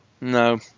No